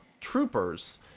Troopers